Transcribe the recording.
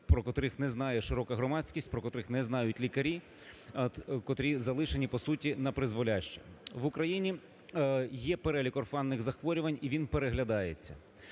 про котрих не знає широка громадськість, про котрих не знають лікарі, котрі залишені по суті напризволяще. В Україні є перелік орфанних захворювань і він переглядається.